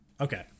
okay